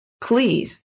please